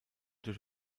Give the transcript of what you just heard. durch